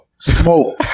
smoke